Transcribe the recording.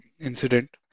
incident